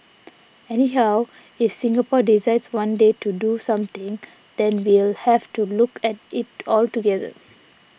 anyhow if Singapore decides one day to do something then we'll have to look at it altogether